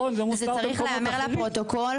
וזה צריך להיאמר לפרוטוקול